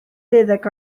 deuddeg